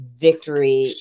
victory